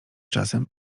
czasem